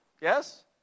yes